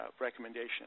recommendation